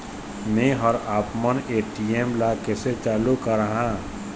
मैं हर आपमन ए.टी.एम ला कैसे चालू कराहां?